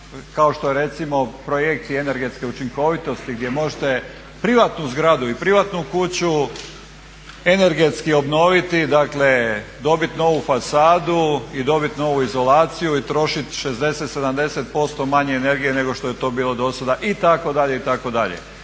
kao što recimo projekti energetske učinkovitosti gdje možete privatnu zgradu i privatnu kuću energetski obnoviti, dakle dobit novu fasadu i dobit novu izolaciju i trošit 60, 70% manje energije nego što je to bilo do sada itd. itd.